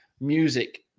music